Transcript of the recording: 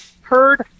Heard